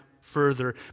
further